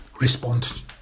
respond